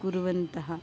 कुर्वन्तः